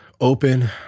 open